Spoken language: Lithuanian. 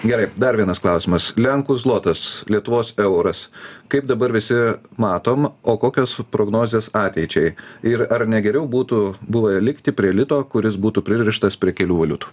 gerai dar vienas klausimas lenkų zlotas lietuvos euras kaip dabar visi matom o kokios prognozės ateičiai ir ar negeriau būtų buvę likti prie lito kuris būtų pririštas prie kelių valiutų